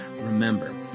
Remember